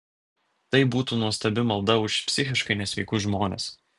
tai būtų nuostabi malda už psichiškai nesveikus žmones